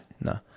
No